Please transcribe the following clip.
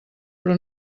però